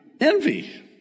Envy